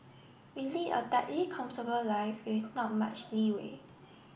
we lead a tightly comfortable life with not much leeway